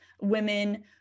women